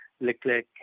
Leclerc